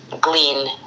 glean